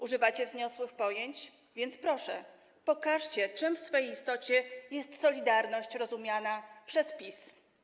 Używacie wzniosłych pojęć, więc proszę, pokażcie, czym w swej istocie jest solidarność rozumiana przez PiS.